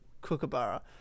kookaburra